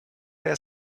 der